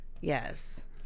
Yes